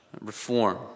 reform